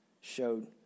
showed